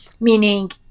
meaning